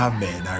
Amen